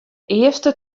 earste